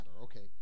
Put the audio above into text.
Okay